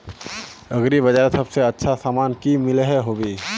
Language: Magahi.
एग्री बजारोत सबसे अच्छा सामान की मिलोहो होबे?